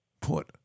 put